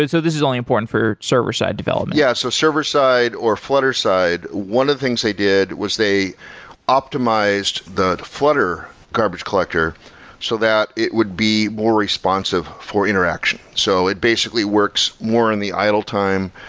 so this is only important for server-side development. yeah. so server-side or flutter side, one of the things they did was they optimized the flutter garbage collector so that it would be more responsive for interaction. so it basically works more on the idle time.